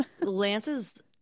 Lance's